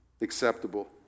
acceptable